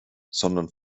sondern